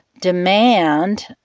demand